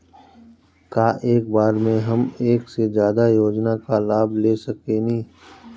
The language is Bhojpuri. का एक बार में हम एक से ज्यादा योजना का लाभ ले सकेनी?